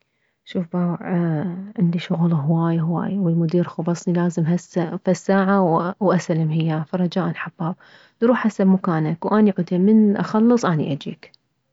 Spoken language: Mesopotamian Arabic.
شوف باوع عندي شغل هواي هواي والمدير خبصني لازم هسه فد ساعة واسلم ياه دروح هسه لمكانك وانت عودين من اخلص اني اجيك